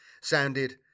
sounded